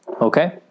okay